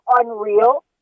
unreal